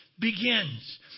begins